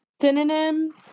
Synonym